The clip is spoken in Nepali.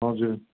हजुर